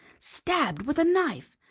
stabbed with a knife!